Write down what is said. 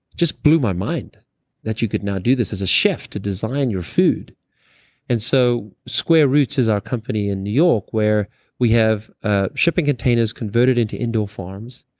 just blew my mind that you could now do this, as a chef, to design your food and so square root is our company in new york where we have ah shipping containers converted into indoor farms.